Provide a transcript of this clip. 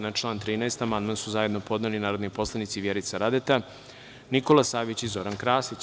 Na član 13. amandman su zajedno podneli narodni poslanici Vjerica Radeta, Nikola Savić i Zoran Krasić.